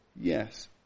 yes